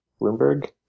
Bloomberg